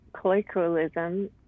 colloquialism